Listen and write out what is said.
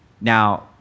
Now